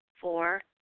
Four